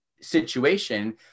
situation